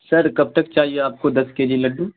سر کب تک چاہیے آپ کو دس کے جی لڈو